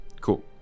Cool